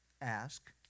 Ask